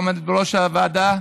שעומדת בראש הוועדה,